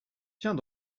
tiens